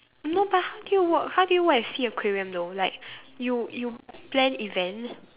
no but how do you work how do you work at sea aquarium though like you you plan event